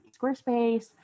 Squarespace